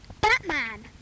Batman